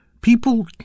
People